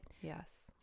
yes